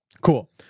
Cool